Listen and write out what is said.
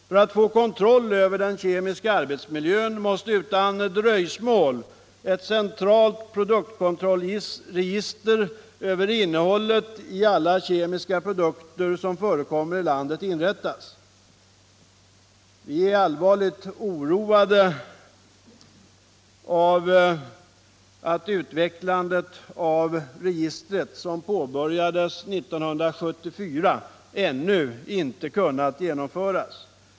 För att få kontroll över den kemiska arbetsmiljön måste utan dröjsmål ett centralt produktkontrollregister inrättas över innehållet i alla kemiska produkter som förekommer i landet. Vi är allvarligt oroade av att utvecklandet av registret, som påbörjades 1974, ännu inte kunnat genomföras.